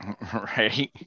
right